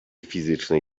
fizycznej